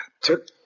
took